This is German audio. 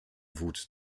wut